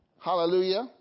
Hallelujah